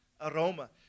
Aroma